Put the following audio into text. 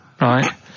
right